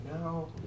now